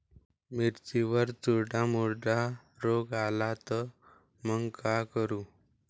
मिर्चीवर जर चुर्डा मुर्डा रोग आला त मंग का करू?